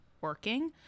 working